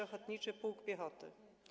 Ochotniczy Pułk Piechoty?